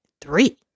Three